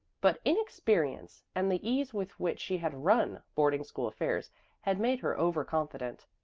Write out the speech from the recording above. but inexperience and the ease with which she had run boarding-school affairs had made her over-confident.